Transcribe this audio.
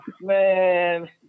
man